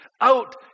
out